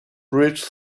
reached